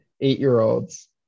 eight-year-olds